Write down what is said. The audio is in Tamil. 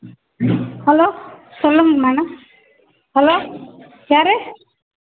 ஹலோ சொல்லுங்க மேடம் ஹலோ யார்